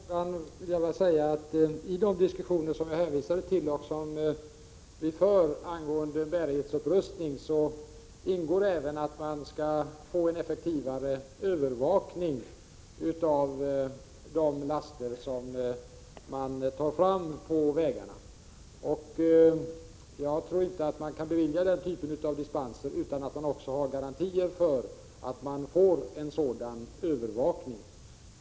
Herr talman! Till den senaste frågan vill jag bara säga att i de diskussioner jag hänvisade till och som vi för angående bärighetsupprustning ingår även att få en effektivare övervakning av de laster som framförs på vägarna. Jag tror inte man kan bevilja den typen av dispenser utan att också ha garantier för att få en sådan övervakning.